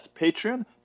Patreon